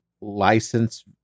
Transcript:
license